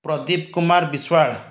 Pradeep Kumar Biswal